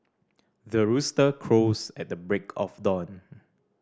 the rooster crows at the break of dawn